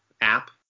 app